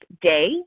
day